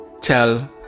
tell